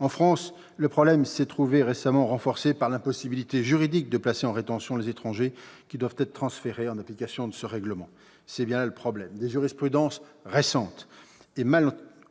En France, le problème s'est récemment trouvé renforcé par l'impossibilité juridique de placer en rétention les étrangers qui doivent être transférés en application du règlement Dublin : c'est bien là le problème ! Des jurisprudences récentes